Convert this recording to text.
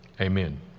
amen